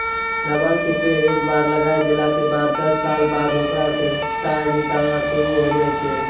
rubber के पेड़ एक बार लगाय देला के बाद दस साल बाद होकरा सॅ टार निकालना शुरू होय जाय छै